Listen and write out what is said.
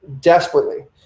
desperately